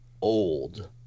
old